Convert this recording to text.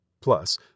plus